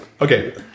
Okay